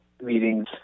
meetings